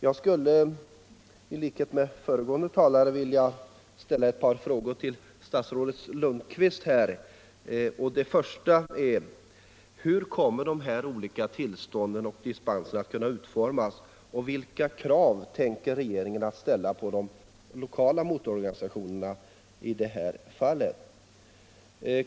Jag skulle i likhet med föregående talare vilja ställa ett par frågor till statsrådet Lundkvist. Den första frågan är: Hur kommer de olika tillstånden och dispenserna att utformas och vilka krav tänker regeringen ställa på de lokala motororganisationerna i detta fall?